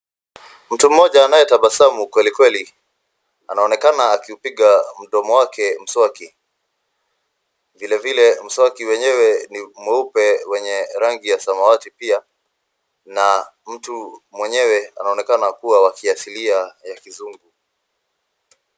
Mtu mmoja anayetabasamu kweli kweli, anaonekana akiupiga mdomo wake mswaki. Vilevile mswaki wenyewe ni mweupe wenye rangi ya samawati pia. Na mtu mwenyewe anaonekana kuwa wa kiasilia ya kizungu.